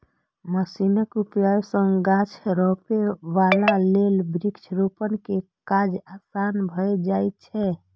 मशीनक उपयोग सं गाछ रोपै बला लेल वृक्षारोपण के काज आसान भए जाइ छै